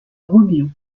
roubion